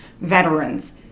veterans